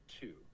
Two